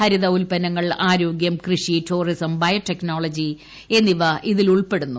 ഹരിത ഉല്പന്നങ്ങൾ ആരോഗൃം കൃഷി ടൂറിസം ബയോ ടെക്നോളജി എന്നിവ ഇതിലുൾപ്പെടുന്നു